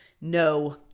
no